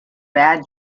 bad